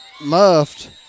muffed